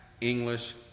English